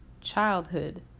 childhood